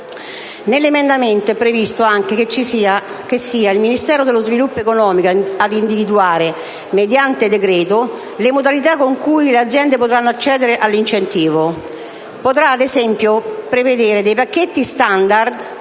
Nell’emendamento eprevisto anche che sia il Ministero dello sviluppo economico ad individuare, mediante decreto, le modalita con cui le aziende potranno accedere all’incentivo. Potra, ad esempio, prevedere dei pacchetti standard